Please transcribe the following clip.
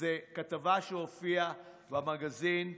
זו כתבה שהופיעה במגזין אקונומיסט,